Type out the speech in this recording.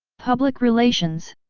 public relations.